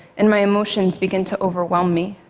and my emotions begin to overwhelm me.